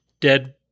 dead